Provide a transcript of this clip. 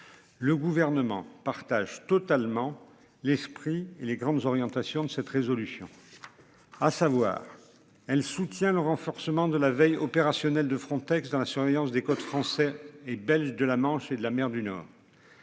Le gouvernement partage totalement l'esprit et les grandes orientations de cette résolution. À savoir, elle soutient le renforcement de la veille opérationnel de Frontex dans la surveillance des côtes français et belges de la Manche et de la mer du Nord.